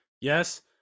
Yes